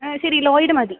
ശരി ലോയ്ഡ് മതി